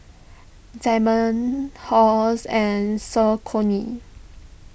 Diamond Halls and Saucony